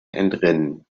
entrinnen